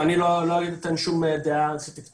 אין לו עוד תמיכה והוא לא פוגע במבנה ההרודיאני.